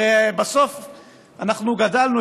הרי בסוף גדלנו,